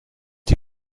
die